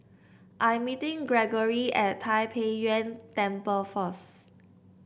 I'm meeting Greggory at Tai Pei Yuen Temple first